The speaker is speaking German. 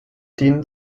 dienen